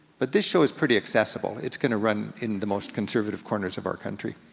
but this show is pretty accessible. it's gonna run in the most conservative corners of our country.